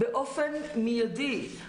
באופן מיידי.